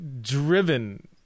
driven